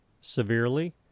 severely